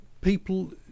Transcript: people